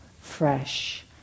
fresh